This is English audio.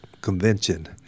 Convention